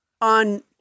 on